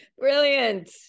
Brilliant